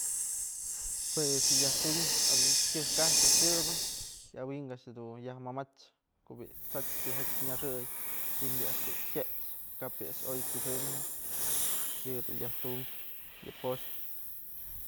Jua a'ax yë yajtuñ awinkë tyëjk ajpë a'ax yëbë y awynkë a'ax dun yaj mëmach ko'o bi'i t'sach tijatyë nyaxëyji'im bi'i a'ax dun jyex kap ni'i a'ax oy pyësëmnë yë dun yajtum yë poxpë.